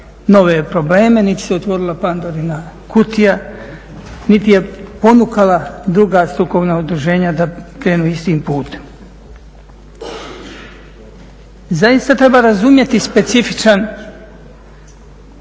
nove probleme niti se otvorila pandorina kutija, niti je ponukala druga strukovna udruženja da krenu istim putem. Zaista treba razumjeti specifičan